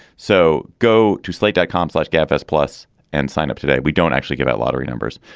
so go to slate dot coms, slash gap s plus and sign up today. we don't actually give out lottery numbers.